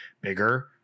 bigger